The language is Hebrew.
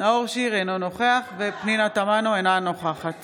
נאור שירי, אינו נוכח פנינה תמנו, אינה נוכחת